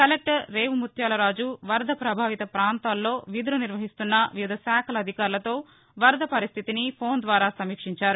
collector Revu Mutyalaraju వరద ప్రభావిత పాంతాల్లో విధులు నిర్వహిస్తున్న వివిధ శాఖల అధికారులతో వరద పరిస్టితిని ఫోన్ ద్వారా సమీక్షించారు